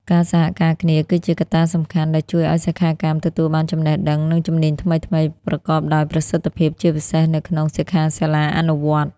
ការសហការគ្នា គឺជាកត្តាសំខាន់ដែលជួយឲ្យសិក្ខាកាមទទួលបានចំណេះដឹង និងជំនាញថ្មីៗប្រកបដោយប្រសិទ្ធភាព ជាពិសេសនៅក្នុង សិក្ខាសាលាអនុវត្តន៍។